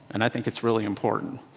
and i think it's really important.